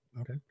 okay